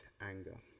anger